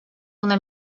una